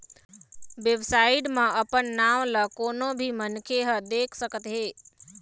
website म अपन नांव ल कोनो भी मनखे ह देख सकत हे